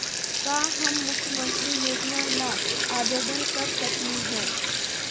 का हम मुख्यमंत्री योजना ला आवेदन कर सकली हई?